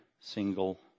single